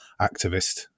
activist